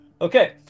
Okay